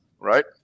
right